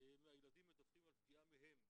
מהילדים מדווחים על פגיעה מהם,